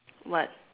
what